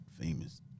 famous